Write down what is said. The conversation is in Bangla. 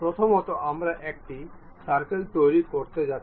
প্রথমত আমরা একটি সার্কেল তৈরি করতে যাচ্ছি